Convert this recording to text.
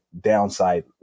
downside